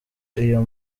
iyo